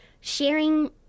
sharing